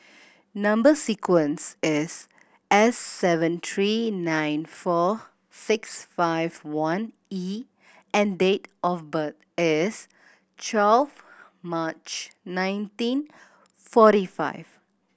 number sequence is S seven three nine four six five one E and date of birth is twelve March nineteen forty five